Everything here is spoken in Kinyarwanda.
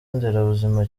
nderabuzima